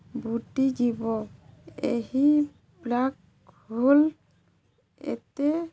ବୁଡ଼ିଯିବ ଏହି black hole ଏତେ